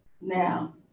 Now